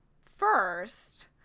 first